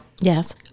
yes